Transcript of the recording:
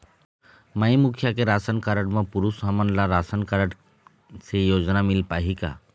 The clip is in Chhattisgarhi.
माई मुखिया के राशन कारड म पुरुष हमन ला राशन कारड से योजना मिल पाही का?